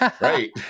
Right